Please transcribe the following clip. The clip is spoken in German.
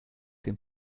den